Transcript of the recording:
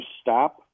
stop